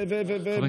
ומשנים סדרי עולם.